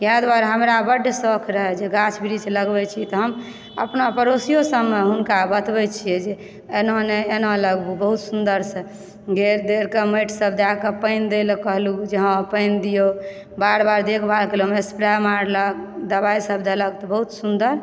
इएह दुआरे हमरा बड्ड शौक रहै जे गाछ वृक्ष लगबय छी तऽ हम अपना पड़ोसिओसभमऽ हुनका बतबै छियै जे एना नहि एना लगबु बहुत सुन्दरसँ घेर तेरकऽ माटिसभ दयकऽ पानि देलऽ कहलहुँ जे हँ पानि दिऔ बार बार देखभाल केलहुँ ओहिमऽ स्प्रे मारलक दबाइसभ देलक तऽ बहुत सुन्दर